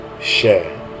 share